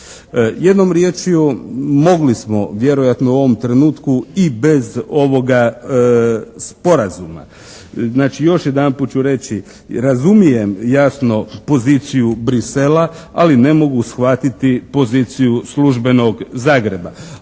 Jednom riječju, mogli smo vjerojatno u ovom trenutku i bez ovoga sporazuma. Znači, još jedanput ću reći, razumijem jasno poziciju Bruxellesa ali ne mogu shvatiti poziciju službenog Zagreba.